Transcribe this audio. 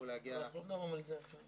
להגיע --- אנחנו לא מדברים על זה עכשיו.